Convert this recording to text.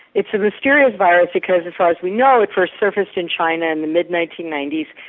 it's a mysterious virus because as far as we know it first surfaced in china in the mid nineteen ninety s,